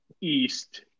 East